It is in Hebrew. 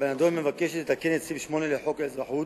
שבנדון מבקשת לתקן את סעיף 8 לחוק האזרחות,